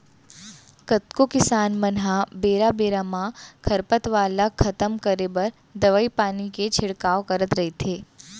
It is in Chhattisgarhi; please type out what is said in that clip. कतको किसान मन ह बेरा बेरा म खरपतवार ल खतम करे बर दवई पानी के छिड़काव करत रइथे